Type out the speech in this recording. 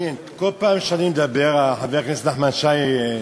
פעם שאני מדבר חבר הכנסת נחמן שי,